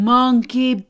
Monkey